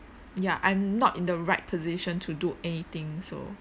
ya I'm not in the right position to do anything so